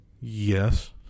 Yes